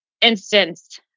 instance